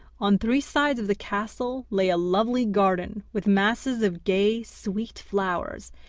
on three sides of the castle lay a lovely garden with masses of gay, sweet flowers,